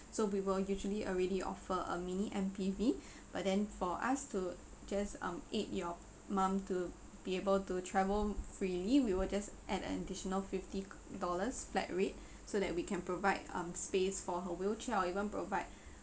so we will usually already offer a mini M_P_V but then for us to just um aid your mum to be able to travel freely we will just add an additional fifty dollars flat rate so that we can provide um space for her wheelchair or even provide